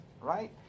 right